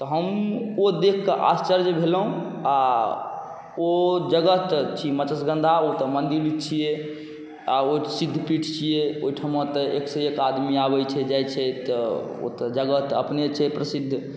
तऽ हम ओ देखिक आश्चर्य भेलहुँ आओर ओ जगह तऽ छी मत्स्यगन्धा ओ तऽ मन्दिर छिए ओ सिद्धपीठ छिए ओहिठमा तऽ एकसँ एक आदमी आबै छै जाइ छै तऽ ओ तऽ जगह तऽ अपने छै प्रसिद्ध